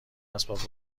اسباب